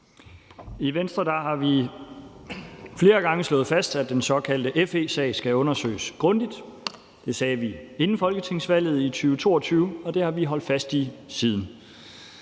I Venstre har vi flere gange slået fast, at den såkaldte FE-sag skal undersøges grundigt. Det sagde vi inden folketingsvalget i 2022, og det har vi har holdt fast i siden.